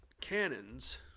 cannons